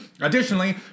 Additionally